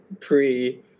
pre